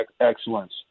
excellence